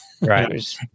Right